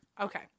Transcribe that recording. Okay